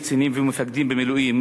קצינים ומפקדים במילואים,